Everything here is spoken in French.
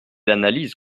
l’analyse